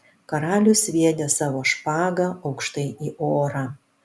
karalius sviedė savo špagą aukštai į orą